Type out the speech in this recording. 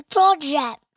Project